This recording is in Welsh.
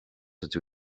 ydw